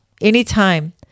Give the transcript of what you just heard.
anytime